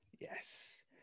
Yes